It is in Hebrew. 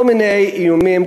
כל מיני איומים,